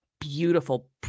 beautiful